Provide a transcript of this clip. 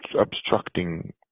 obstructing